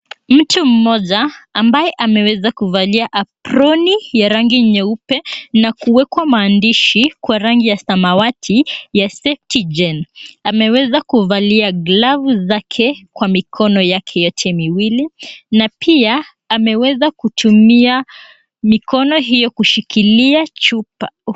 Mtu mmoja ambaye ameweza kuvalia aproni ya rangi nyeupe na kuwekwa maandishi kwa rangi ya samawati ya safety gen ameweza kuvalia glavu zake kwa mikono yake yote miwili na pia ameweza kutumia mikono hiyo kushikilia chupa.